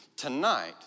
Tonight